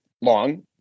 long